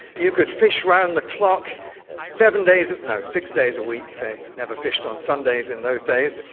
you could fish round-the-clock seven days, no, six days a week, they never fished on sundays in those days.